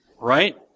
Right